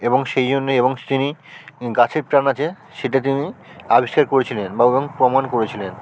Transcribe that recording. এবং সেই জন্যে এবং তিনি গাছের প্রাণ আছে সেটা তিনি আবিষ্কার করেছিলেন বা ওরকম প্রমাণ করেছিলেন